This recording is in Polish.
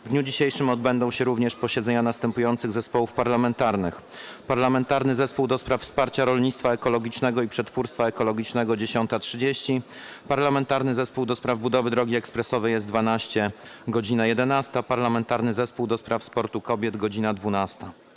W dniu dzisiejszym odbędą się również posiedzenia następujących zespołów parlamentarnych: - Parlamentarnego Zespołu ds. Wsparcia Rolnictwa Ekologicznego i Przetwórstwa Ekologicznego - godz. 10.30, - Parlamentarnego Zespołu ds. Budowy Drogi Ekspresowej S12 - godz. 11, - Parlamentarnego Zespołu ds. Sportu Kobiet - godz. 12.